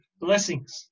blessings